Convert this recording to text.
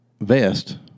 vest